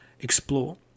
explore